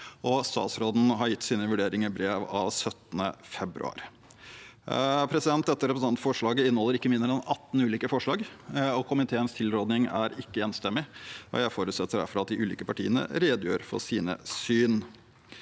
Statsråden har gitt sine vurderinger i brev av 17. februar 2023. Dette representantforslaget inneholder ikke mindre enn 18 ulike forslag. Komiteens tilråding er ikke enstemmig, og jeg forutsetter derfor at de ulike partiene redegjør for sine syn.